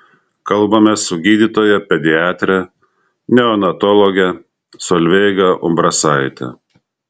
kalbamės su gydytoja pediatre neonatologe solveiga umbrasaite